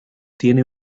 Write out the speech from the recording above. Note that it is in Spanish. tiene